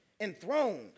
enthroned